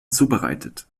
zubereitet